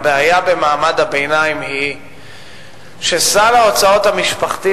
הבעיה במעמד הביניים היא שסל ההוצאות המשפחתי